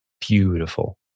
Beautiful